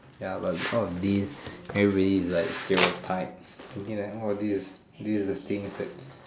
ya but all of this everybody is like stereotype thinking that orh this is this is the things that